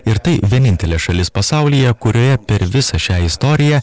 ir tai vienintelė šalis pasaulyje kurioje per visą šią istoriją